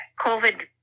COVID